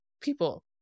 people